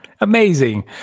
amazing